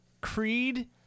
Creed